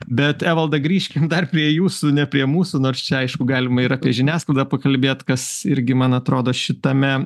bet evalda grįžkim dar prie jūsų ne prie mūsų nors čia aišku galima ir apie žiniasklaidą pakalbėt kas irgi man atrodo šitame